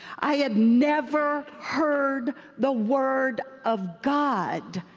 i had never heard the word of god.